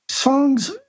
Songs